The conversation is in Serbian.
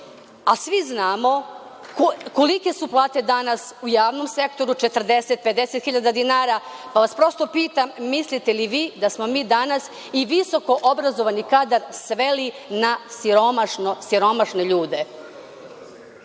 a svi znamo kolike su plate danas u javnom sektoru 40.000 - 50.000 dinara, pa vas pitam mislite li vi da smo mi danas i visoko obrazovani kadar sveli na siromašne ljude? Sada